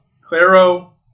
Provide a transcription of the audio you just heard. Claro